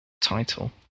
title